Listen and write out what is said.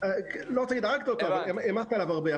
אני לא רוצה להגיד 'הרגת אותו' אבל העמסת עליו הרבה.